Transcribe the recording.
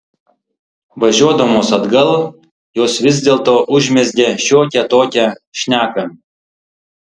važiuodamos atgal jos vis dėlto užmezgė šiokią tokią šneką